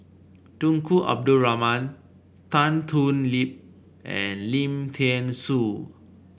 Tunku Abdul Rahman Tan Thoon Lip and Lim Thean Soo